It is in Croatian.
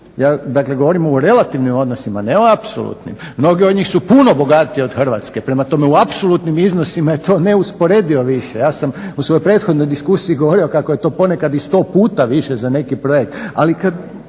Ja dakle govorim o relativnim odnosima, ne o apsolutnim. Mnogi od njih su puno bogatiji od Hrvatske. Prema tome, u apsolutnim iznosima je to neusporedivo više. Ja sam u svojoj prethodnoj diskusiji govorio kako je to ponekad i 100 puta više za neki projekt.